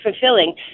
fulfilling